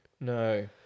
No